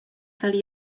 sali